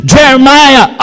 Jeremiah